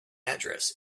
address